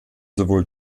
sowohl